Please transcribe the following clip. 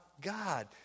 God